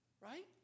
right